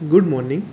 good morning